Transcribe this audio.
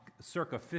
circa